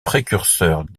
précurseur